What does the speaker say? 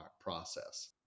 process